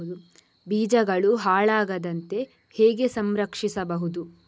ಬೀಜಗಳು ಹಾಳಾಗದಂತೆ ಹೇಗೆ ಸಂರಕ್ಷಿಸಬಹುದು?